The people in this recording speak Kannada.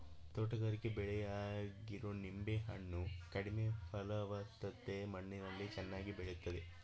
ತೋಟಗಾರಿಕೆ ಬೆಳೆಯಾಗಿರೊ ನಿಂಬೆ ಹಣ್ಣು ಕಡಿಮೆ ಫಲವತ್ತತೆ ಮಣ್ಣಲ್ಲಿ ಚೆನ್ನಾಗಿ ಬೆಳಿತದೆ